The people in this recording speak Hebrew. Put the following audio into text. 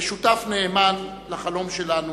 כשותף נאמן לחלום שלנו,